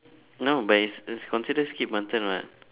no but it's it's considered skip one turn [what]